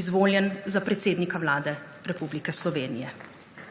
izvoljen za predsednika Vlade Republike Slovenije.